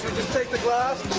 take the glass,